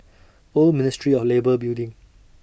Old Ministry of Labour Building